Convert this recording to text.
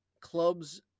clubs